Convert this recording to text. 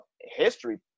history